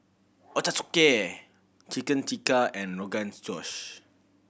Ochazuke Chicken Tikka and Rogan's Josh